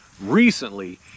recently